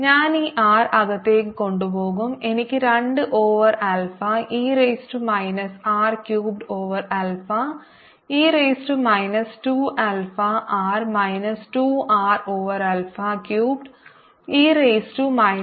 ഞാൻ ഈ ആർ അകത്തേക്ക് കൊണ്ടുപോകും എനിക്ക് 2 over alpha e raise to minus R cubed over alpha e raise to minus 2 alpha R minus 2 R over alpha cubed e raise to minus 2 alpha R D R 0 മുതൽ അനന്തതയിലേക്ക്